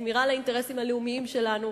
את השמירה על האינטרסים הלאומיים שלנו,